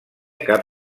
cap